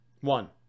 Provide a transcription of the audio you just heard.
One